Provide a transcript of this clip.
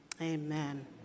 amen